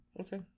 Okay